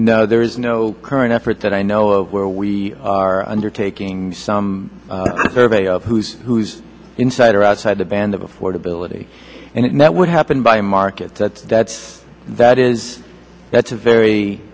there is no current effort that i know of where we are undertaking some survey of who's who's inside or outside the band of affordability and that would happen by market that's that is that's a very